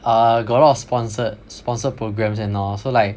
ah got a lot of sponsored sponsored programs and all so like